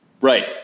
Right